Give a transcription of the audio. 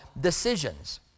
decisions